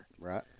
Right